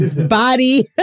body